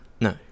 no